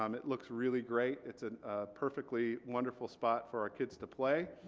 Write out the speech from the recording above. um it looks really great it's a perfectly wonderful spot for our kids to play.